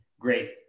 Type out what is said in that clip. great